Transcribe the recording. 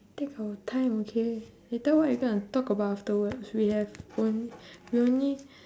take our time okay later what we gonna talk about afterwards we have on~ we only